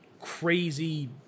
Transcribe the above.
crazy